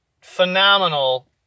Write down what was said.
phenomenal